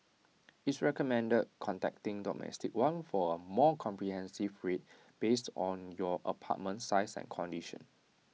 it's recommended contacting domestic one for A more comprehensive rate based on your apartment size and condition